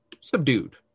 subdued